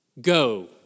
Go